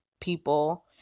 people